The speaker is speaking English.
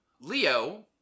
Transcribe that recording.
Leo